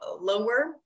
lower